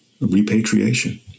repatriation